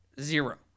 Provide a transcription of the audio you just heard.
zero